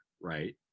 Right